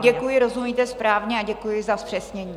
Děkuji, rozumíte správně, a děkuji za zpřesnění.